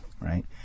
Right